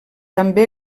també